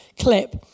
clip